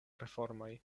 reformoj